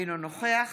אינו נוכח